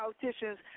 Politicians